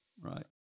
Right